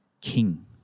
king